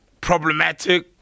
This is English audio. Problematic